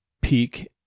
peak